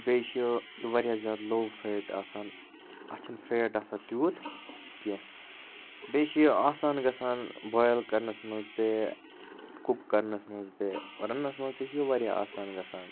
بیٚیہِ چھُ یہِ واریاہ زیادٕ لو فیٹ آسان اَتھ چھِ نہٕ فیٹ آسان تیٛوٗت کیٚنٛہہ بیٚیہِ چھُ یہِ آسان گژھان بویِل کَرنَس منٛز تہِ کُک کَرنَس منٛز تہِ رَننَس منٛز تہِ چھُ یہِ واریاہ آسان گَژھان